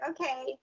okay